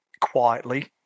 quietly